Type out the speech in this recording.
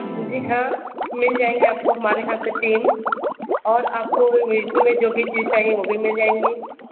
जी हाँ मिल जाएंगे आपको हमारे यहाँ से तीन और आपको भी मिशन में जो भी चीज़ चाहिए वो भी मिल जाएंगी